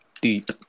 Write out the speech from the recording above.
Deep